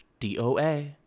DOA